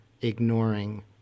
ignoring